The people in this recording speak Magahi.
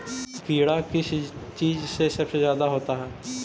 कीड़ा किस चीज से सबसे ज्यादा होता है?